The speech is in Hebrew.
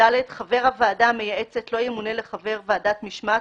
חבר הוועדה המייעצת לא ימונה לחבר ועדת משמעת